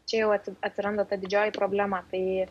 čia jau atsiranda ta didžioji problema tai